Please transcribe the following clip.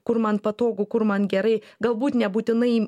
kur man patogu kur man gerai galbūt nebūtinai